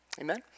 Amen